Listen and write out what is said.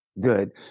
Good